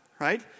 right